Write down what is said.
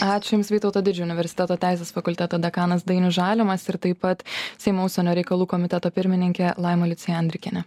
ačiū jums vytauto didžiojo universiteto teisės fakulteto dekanas dainius žalimas ir taip pat seimo užsienio reikalų komiteto pirmininkė laima liucija andrikienė